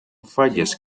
fallas